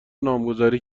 نامگذاری